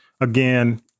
Again